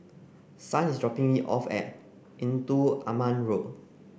son is dropping me off at Engdu Aman Road